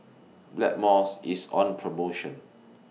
Blackmores IS on promotion